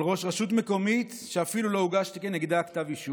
על ראש רשות מקומית שלא הורשעה בדין.